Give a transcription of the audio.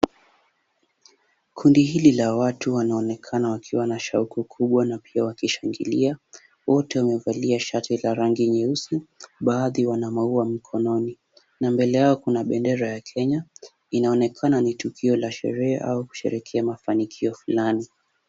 Kundi hili la watu wanaonekana kuwa na shauku kubwa na pia wakishangilia wote wamevalia shati za rangi nyeusi, baadhi wana maua mkononi na mbele yao kuna bendera ya Kenya, inaonekana ni tukio la sherehe au kusherekea mafaniko fulani.